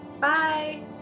Bye